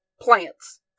plants